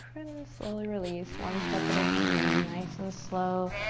then slowly release one step at a time, nice and slow,